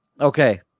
Okay